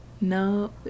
No